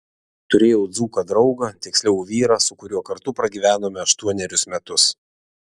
turėjau dzūką draugą tiksliau vyrą su kuriuo kartu pragyvenome aštuonerius metus